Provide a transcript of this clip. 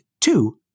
two